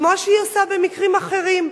כמו שהיא עושה במקרים אחרים,